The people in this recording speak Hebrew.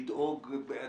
לדאוג.